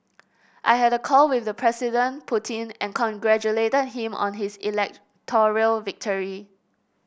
I had a call with President Putin and congratulated him on his electoral victory